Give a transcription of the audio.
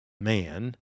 man